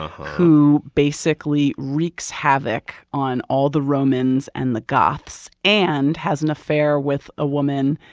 who basically wreaks havoc on all the romans and the goths and has an affair with a woman,